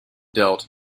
dealt